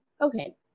Okay